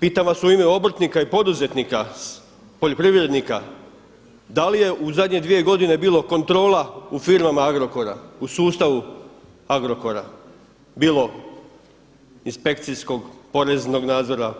Pitam vas u ime obrtnika i poduzetnika, poljoprivrednika, da li je u zadnje dvije godine bilo kontrola u firmama Agrokora u sustavu Agrokora bilo inspekcijskog, poreznog nadzora,